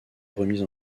remise